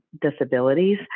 disabilities